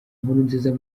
nkurunziza